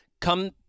Come